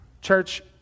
Church